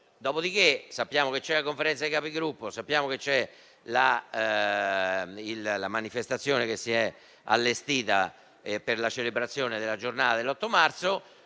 Dopodiché, sappiamo che c'è la Conferenza dei Capigruppo e la manifestazione che è stata allestita per la celebrazione della giornata dell'8 marzo.